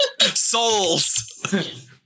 souls